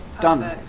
done